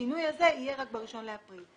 והשינוי הזה יהיה רק ב-1 באפריל.